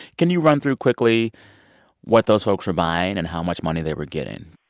can you run through quickly what those folks were buying and how much money they were getting?